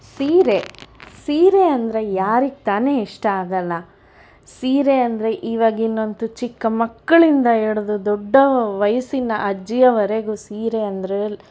ಸೀರೆ ಸೀರೆ ಅಂದರೆ ಯಾರಿಗೆ ತಾನೇ ಇಷ್ಟ ಆಗಲ್ಲ ಸೀರೆ ಅಂದರೆ ಈವಾಗಿನಂತೂ ಚಿಕ್ಕ ಮಕ್ಕಳಿಂದ ಹಿಡಿದು ದೊಡ್ಡ ವಯಸ್ಸಿನ ಅಜ್ಜಿಯವರೆಗೂ ಸೀರೆ ಅಂದರೆ